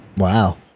Wow